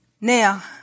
Now